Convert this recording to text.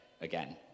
again